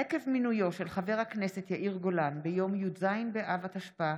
עקב מינויו של חבר הכנסת יאיר גולן לסגן שר ביום י"ז באב התשפ"א,